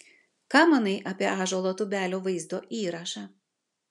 ką manai apie ąžuolo tubelio vaizdo įrašą